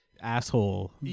Asshole